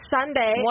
Sunday